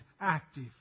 active